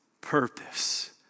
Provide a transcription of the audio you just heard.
purpose